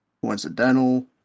coincidental